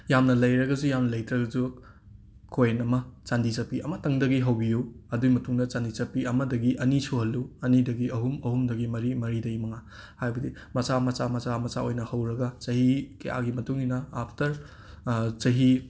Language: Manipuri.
ꯌꯥꯝꯅ ꯂꯩꯔꯒꯁꯨ ꯌꯥꯝꯅ ꯂꯩꯇ꯭ꯔꯒꯁꯨ ꯀꯣꯏꯟ ꯑꯃ ꯆꯥꯟꯗꯤ ꯆꯠꯄꯤ ꯑꯃꯇꯪꯗꯒꯤ ꯍꯧꯕꯤꯌꯨ ꯑꯗꯨꯒꯤ ꯃꯇꯨꯡꯗ ꯆꯥꯟꯗꯤ ꯆꯠꯄꯤ ꯑꯃꯗꯒꯤ ꯑꯅꯤ ꯁꯨꯍꯟꯂꯨ ꯑꯅꯤꯗꯒꯤ ꯑꯍꯨꯝ ꯑꯍꯨꯝꯗꯒꯤ ꯃꯔꯤ ꯃꯔꯗꯒꯤ ꯃꯉꯥ ꯍꯥꯏꯕꯗꯤ ꯃꯆꯥ ꯃꯆꯥ ꯃꯆꯥ ꯃꯆꯥ ꯑꯣꯏꯅ ꯍꯧꯔꯒ ꯆꯍꯤ ꯀꯌꯥꯒꯤ ꯃꯇꯨꯡ ꯏꯟꯅ ꯑꯥꯐꯇꯔ ꯆꯍꯤ